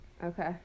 Okay